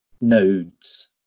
nodes